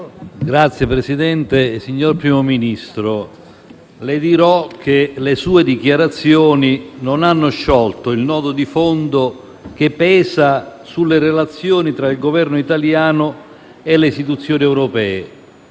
signor Presidente del Consiglio, le dirò che le sue dichiarazioni non hanno sciolto il nodo di fondo che pesa sulle relazioni tra il Governo italiano e le istituzioni europee: